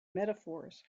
metaphors